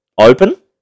open